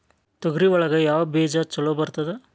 ತೊಗರಿ ಒಳಗ ಯಾವ ಬೇಜ ಛಲೋ ಬರ್ತದ?